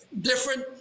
different